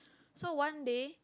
so one day